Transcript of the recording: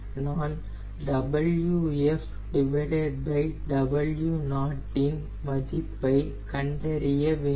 நான் இன் மதிப்பை கண்டறிய வேண்டும்